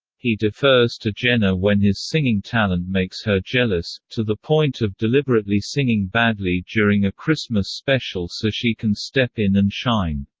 he defers to jenna when his singing talent makes her jealous, to the point of deliberately singing badly during a christmas special so she can step in and shine.